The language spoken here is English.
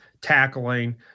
tackling